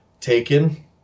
taken